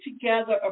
together